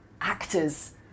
Actors